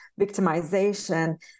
victimization